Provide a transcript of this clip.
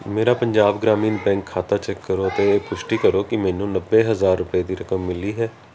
ਮੇਰਾ ਪੰਜਾਬ ਗ੍ਰਾਮੀਣ ਬੈਂਕ ਖਾਤਾ ਚੈੱਕ ਕਰੋ ਅਤੇ ਇਹ ਪੁਸ਼ਟੀ ਕਰੋ ਕਿ ਮੈਨੂੰ ਨੱਬੇ ਹਜ਼ਾਰ ਰੁਪਏ ਦੀ ਰਕਮ ਮਿਲੀ ਹੈ